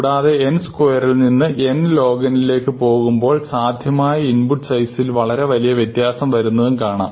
കൂടാതെ n സ്ക്വയറിൽ നിന്ന് nlogn ലേക്ക് പോകുമ്പോൾ സാധ്യമായ ഇൻപുട്ട് സൈസിൽ വളരെ വലിയ വ്യത്യാസം വരുന്നതും കാണാം